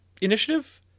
initiative